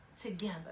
together